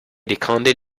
decanted